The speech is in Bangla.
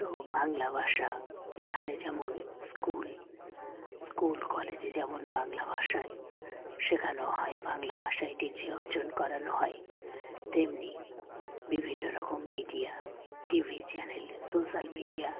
তো বাংলা ভাষা এখানে যেমন স্কুল স্কুল কলেজে যেমন বাংলা ভাষায় শেখানো হয় বাংলা ভাষায় ডিগ্রি অর্জন করানো হয় তেমনি বিভিন্ন রকম media T V channel social media